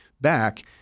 back